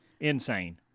Insane